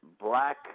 black